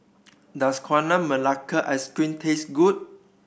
does Gula Melaka Ice Cream taste good